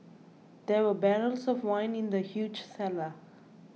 there were barrels of wine in the huge cellar